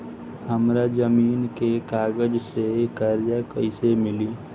हमरा जमीन के कागज से कर्जा कैसे मिली?